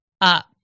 up